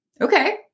Okay